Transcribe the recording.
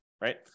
right